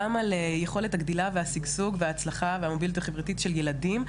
גם על יכולת הגדילה והשגשוג וההצלחה והמוביליות החברתית של ילדים.